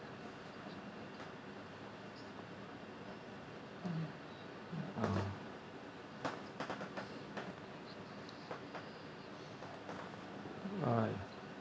oh uh